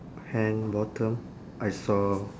hand bottom I saw